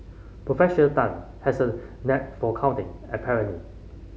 Professor Tan has a knack for counting apparently